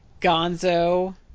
Gonzo